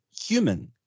human